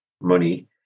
money